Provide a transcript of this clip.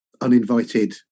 uninvited